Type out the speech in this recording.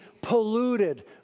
polluted